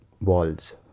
walls